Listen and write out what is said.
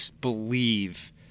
believe